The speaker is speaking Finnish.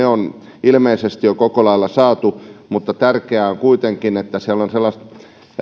on ilmeisesti jo koko lailla saatu mutta tärkeää on kuitenkin että siellä on sellaista